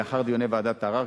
לאחר דיוני ועדת ערר,